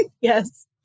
Yes